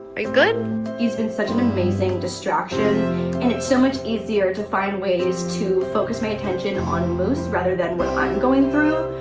ah he's been such an amazing distraction and it's so much easier to find ways to focus my attention on moose rather than what i'm going through.